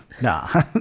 Nah